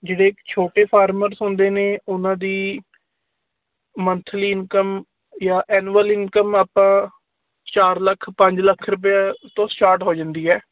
ਜਿਹੜੇ ਛੋਟੇ ਫਾਰਮਰਸ ਹੁੰਦੇ ਨੇ ਉਹਨਾਂ ਦੀ ਮੰਥਲੀ ਇਨਕਮ ਜਾਂ ਐਨੂਅਲ ਇਨਕਮ ਆਪਾਂ ਚਾਰ ਲੱਖ ਪੰਜ ਲੱਖ ਰੁਪਿਆ ਤੋਂ ਸਟਾਰਟ ਹੋ ਜਾਂਦੀ ਹੈ